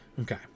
Okay